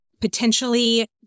potentially